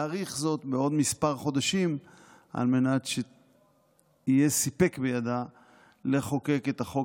להאריך זאת בעוד כמה חודשים על מנת שיהיה סיפק בידה לחוקק את החוק